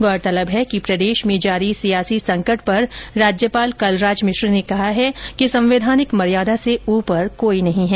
गौरतलब है कि प्रदेश में जारी सियासी संकट पर राज्यपाल कलराज मिश्र ने कहा है कि संवैधानिक मर्यादा से उपर कोई नहीं है